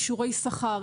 אישורי שכר,